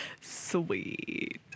sweet